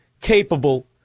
capable